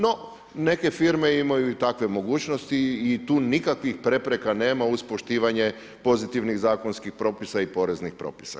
No neke firme imaju i takve mogućnosti i tu nikakvih prepreka nema uz poštivanje pozitivnih zakonskih propisa i poreznih propisa.